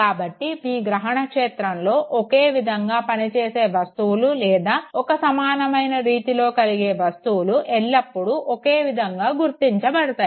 కాబట్టి మీ గ్రహణ క్షేత్రంలో ఒకే విధంగా పని చేసే వస్తువులు లేదా ఒక సమానమైన రీతిలో కదిలే వస్తువులు ఎల్లపుడూ ఒకే విధంగా గుర్తించబడతాయి